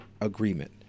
agreement